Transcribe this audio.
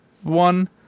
one